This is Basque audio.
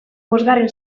bosgarren